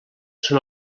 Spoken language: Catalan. són